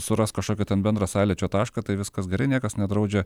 suras kažkokį bendrą sąlyčio tašką tai viskas gerai niekas nedraudžia